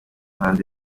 muhanzi